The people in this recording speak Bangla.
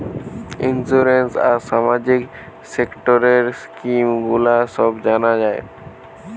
ইন্সুরেন্স আর সামাজিক সেক্টরের স্কিম গুলো সব জানা যায়